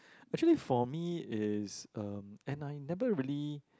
actually for me is um and I never really